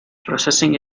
processing